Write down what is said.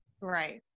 Right